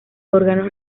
órganos